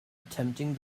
attempting